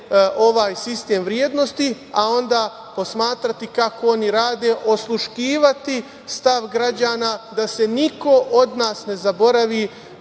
ovaj sistem vrednosti, a onda posmatrati kako oni rade, osluškivati stav građana da se niko od nas ne zaboravi,